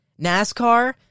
NASCAR